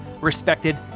respected